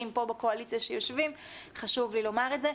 פה בקואליציה שיושבים חשוב לי לומר את זה.